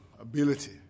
ability